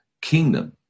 kingdom